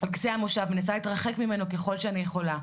על קצה המושב, מנסה להתרחק ממנו ככל שאני יכולה.